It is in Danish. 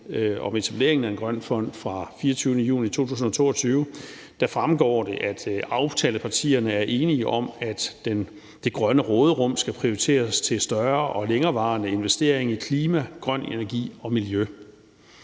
om etablering af en grøn fond fra den 24. juni 2023 fremgår det, at aftalepartierne er enige om, at det grønne råderum skal prioriteres til større og længerevarende investeringer i klima, grøn energi og miljø.